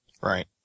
Right